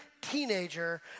teenager